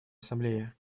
ассамблеи